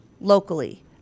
locally